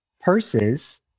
purses